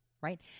right